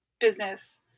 business